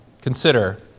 Consider